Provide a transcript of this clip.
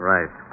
Right